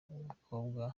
umukobwa